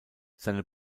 seine